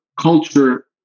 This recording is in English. culture